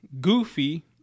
goofy